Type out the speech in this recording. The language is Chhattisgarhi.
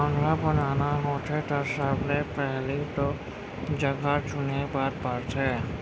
बांधा बनाना होथे त सबले पहिली तो जघा चुने बर परथे